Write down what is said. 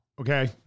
Okay